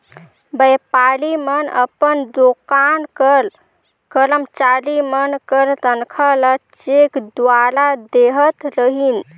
बयपारी मन अपन दोकान कर करमचारी मन कर तनखा ल चेक दुवारा देहत रहिन